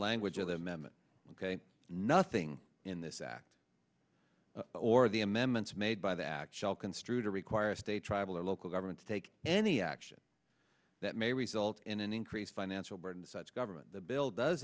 language of the amendment ok nothing in this act or the amendments made by the actual construed to require state tribal or local government to take any action that may result in an increased financial burden to such government the bill does